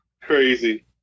Crazy